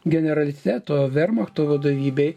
generaliteto vermachto vadovybėj